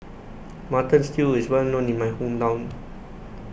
Mutton Stew IS Well known in My Hometown